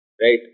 right